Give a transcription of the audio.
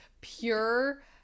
pure